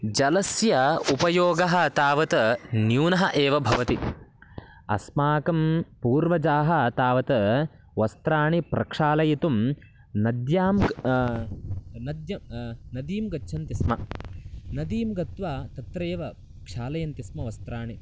जलस्य उपयोगः तावत् न्यूनः एव भवति अस्माकं पूर्वजाः तावत् वस्त्राणि प्रक्षालयितुं नद्यां नद्य नदीं गच्छन्ति स्म नदीं गत्वा तत्रैव क्षालयन्ति स्म वस्त्राणि